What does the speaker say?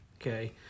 okay